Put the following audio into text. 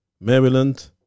Maryland